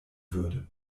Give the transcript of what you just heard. würde